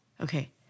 Okay